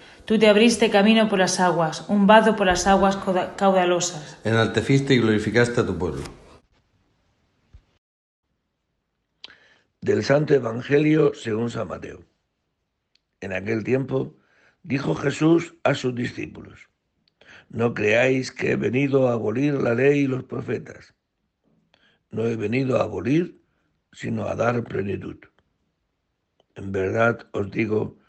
Tú te abriste camino por las aguas, un vado por las aguas cauda- caudalosas. Enalteciste y glorificaste a tu pueblo. Del Santo Evangelio según San Mateo. En aquel tiempo dijo Jesús a sus discípulos, "No creáis que he venido a abolir la ley y los profetas. No he venido a abolir, sino a dar plenitud. En verdad os digo